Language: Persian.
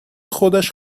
خودش